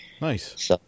Nice